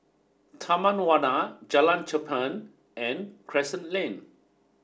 Taman Warna Jalan Cherpen and Crescent Lane